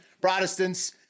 Protestants